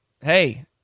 Hey